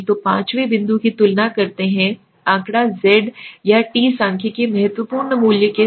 तो पांचवें बिंदु की तुलना करता है आँकड़ा z आँकड़ा z या t सांख्यिकीय महत्वपूर्ण मूल्य के साथ